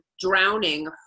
drowning